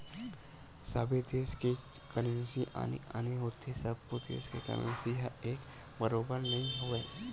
सबे देस के करेंसी आने आने होथे सब्बो देस के करेंसी ह एक बरोबर नइ होवय